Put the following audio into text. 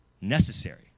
necessary